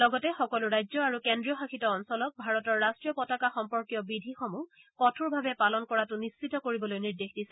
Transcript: লগতে সকলো ৰাজ্য আৰু কেন্দ্ৰীয়শাসিত অঞ্চলক ভাৰতৰ ৰাষ্ট্ৰীয় পতাকা সম্পৰ্কীয় বিধিসমূহ কঠোৰভাৱে পালন কৰাটো নিশ্চিত কৰিবলৈ নিৰ্দেশ দিছে